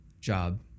job